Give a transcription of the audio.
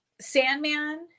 Sandman